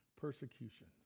persecution